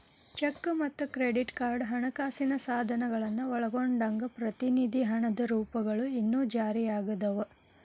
check ಮತ್ತ credit card ಹಣಕಾಸಿನ ಸಾಧನಗಳನ್ನ ಒಳಗೊಂಡಂಗ ಪ್ರತಿನಿಧಿ ಹಣದ ರೂಪಗಳು ಇನ್ನೂ ಜಾರಿಯಾಗದವ